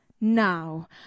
now